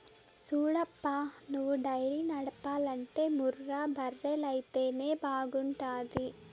సూడప్పా నువ్వు డైరీ నడపాలంటే ముర్రా బర్రెలైతేనే బాగుంటాది